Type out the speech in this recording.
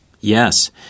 Yes